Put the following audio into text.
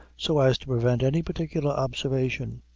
so as to prevent any particular observation